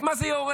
את מה זה יעורר?